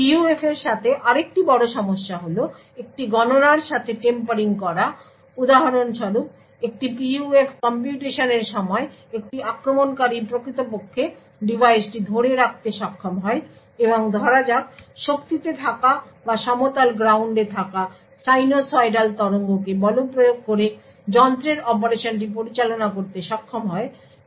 PUF এর সাথে আরেকটি বড় সমস্যা হল একটি গণনার সাথে টেম্পারিং করা উদাহরণস্বরূপ একটি PUF কম্পিউটেশনের সময় একটি আক্রমণকারী প্রকৃতপক্ষে ডিভাইসটি ধরে রাখতে সক্ষম হয় এবং ধরা যাক শক্তিতে থাকা বা সমতল গ্রাউন্ডে থাকা সাইনোসয়েডাল তরঙ্গকে বলপ্রয়োগ করে যন্ত্রের অপারেশনটি পরিচালনা করতে সক্ষম হয়